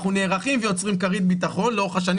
אנחנו נערכים ויוצרים כרית ביטחון לאורך השנים